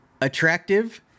attractive